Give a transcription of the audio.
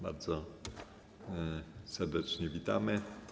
Bardzo serdecznie witamy.